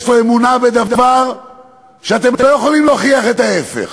יש לו אמונה בדבר שאתם לא יכולים להוכיח את ההפך,